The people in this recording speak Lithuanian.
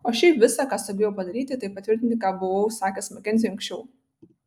o šiaip visa ką sugebėjau padaryti tai patvirtinti ką buvau sakęs makenziui anksčiau